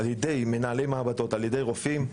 על ידי מנהלי מעבדות ורופאים.